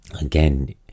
again